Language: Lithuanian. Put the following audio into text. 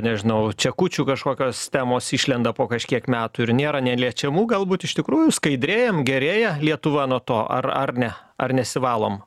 nežinau čekučių kažkokios temos išlenda po kažkiek metų ir nėra neliečiamų galbūt iš tikrųjų skaidrėjam gerėja lietuva nuo to ar ar ne ar nesivalom